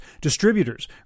distributors